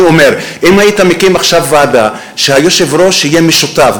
אני אומר שאם היית מקים עכשיו ועדה שיושבי-הראש יהיה שותפים,